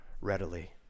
readily